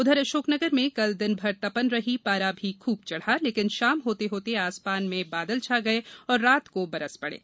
उधर अशोकनगर में कल दिन भर तपन रही पारा भी खूब चढ़ा लेकिन शाम होते होते आसमान में बादल छा गए और रात को बरस पड़े